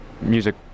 music